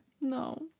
No